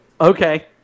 Okay